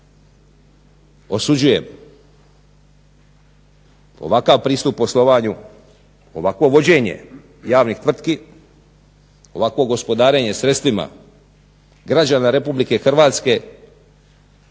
osuđujem ovakav pristup poslovanju, ovakvo vođenje javnih tvrtki, ovakvo gospodarenje sredstvima građana RH zemlje koja je